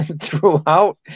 throughout